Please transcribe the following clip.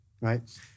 right